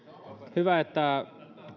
hyvä että